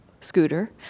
scooter